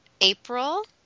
April